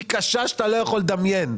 היא קשה שאתה לא יכול לדמיין.